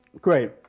Great